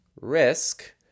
risk